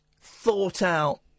thought-out